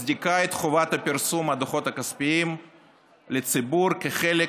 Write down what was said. מצדיק את פרסום הדוחות הכספיים לציבור כחלק